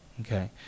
okay